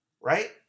Right